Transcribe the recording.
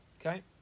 Okay